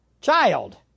child